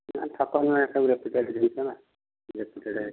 ବିକୁ ଜିନିଷ ହେଲା